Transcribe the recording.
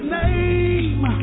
name